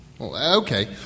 Okay